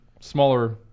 smaller